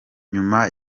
nyuma